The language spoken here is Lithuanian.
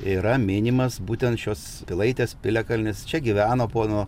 yra minimas būtent šios pilaitės piliakalnis čia gyveno pono